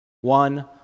one